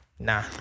Nah